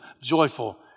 joyful